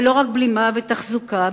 ולא רק בלימה ותחזוקה,